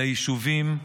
אל היישובים,